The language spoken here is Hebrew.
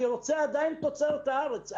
אני רוצה תוצרת הארץ.